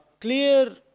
clear